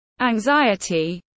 anxiety